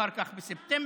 אחר כך בספטמבר,